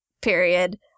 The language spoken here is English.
period